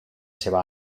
seua